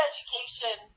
Education